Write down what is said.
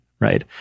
right